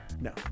No